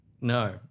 No